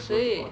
谁